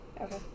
okay